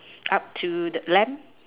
up to the lamb